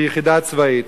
שהיא יחידה צבאית.